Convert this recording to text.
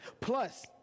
Plus